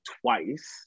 twice